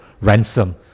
ransom